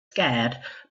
scared